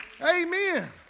Amen